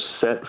set